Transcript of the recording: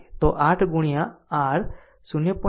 તો 8 ગુણ્યા r 0